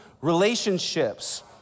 relationships